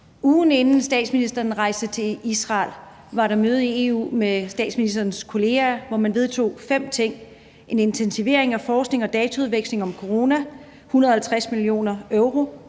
Ugen inden statsministeren rejste til Israel, var der møde i EU med statsministerens kolleger, hvor man vedtog fem ting: en intensivering af forskning og dataudveksling om corona til 150 mio. euro,